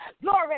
Glory